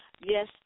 yes